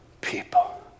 people